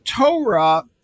Torah